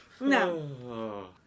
No